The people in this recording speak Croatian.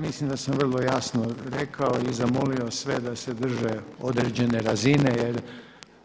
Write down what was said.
Ja mislim da sam vrlo jasno rekao i zamolio sve da se drže određene razine jer